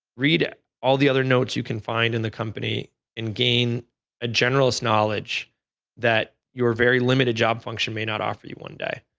read all the other notes you can find in the company and gain a general's knowledge that your very limited job function may not offer you one day,